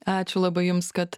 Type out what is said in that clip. ačiū labai jums kad